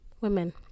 women